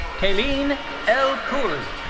caline el khoury.